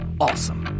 awesome